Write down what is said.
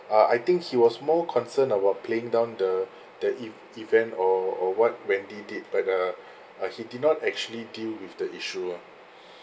uh I think he was more concerned about playing down the the ev~ event or or what wendy did but uh uh he did not actually deal with the issue ah